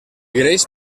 greix